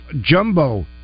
jumbo